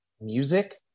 music